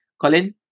Colin